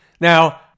Now